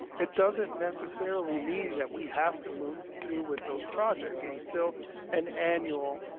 it doesn't necessarily mean that we have to move through with those projects. it's still an annual,